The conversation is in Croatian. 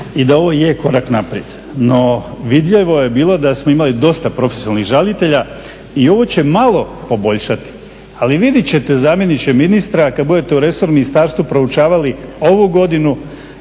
i da ovo je korak naprijed. No, vidljivo je da bilo da smo imali dosta profesionalnih žalitelja i ovo će malo poboljšati ali vidjet ćete zamjeniče ministar kad budete u resornom ministarstvu proučavali ovu godinu